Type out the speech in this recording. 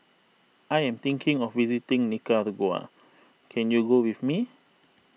I am thinking of visiting Nicaragua can you go with me